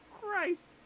Christ